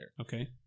Okay